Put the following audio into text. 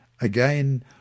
Again